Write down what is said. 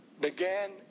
began